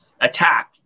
attack